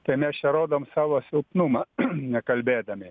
tai mes čia rodom savo silpnumą nekalbėdami